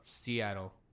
Seattle